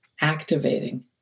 activating